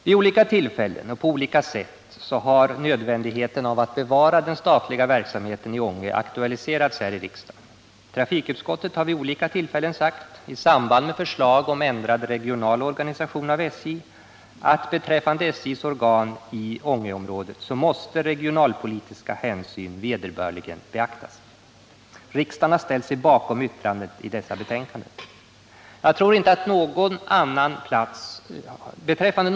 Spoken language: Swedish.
Vid olika tillfällen och på olika sätt har nödvändigheten av att bevara den statliga verksamheten i Ånge aktualiserats här i riksdagen. Trafikutskottet 53 har flera gånger — i samband med förslag om ändrad regional organisation av SJ sagt att regionalpolitiska synpunkter måste vederbörligen beaktas när det gäller SJ:s organisation i Ångeområdet. Riksdagen har ställt sig bakom dessa yttranden.